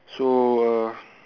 so uh